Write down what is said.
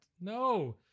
No